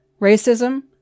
racism